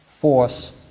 force